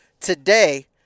today